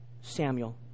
Samuel